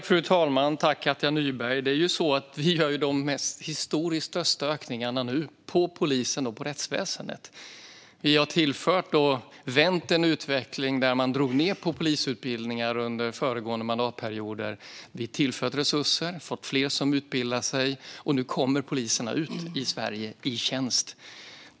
Fru talman! Tack, Katja Nyberg, för frågan! Vi gör nu de historiskt största ökningarna på polisen och på rättsväsendet. Vi har vänt en utveckling med neddragningar på polisutbildningar under föregående mandatperioder. Vi har tillfört resurser och fått fler som utbildar sig, och nu kommer poliserna ut i tjänst i Sverige.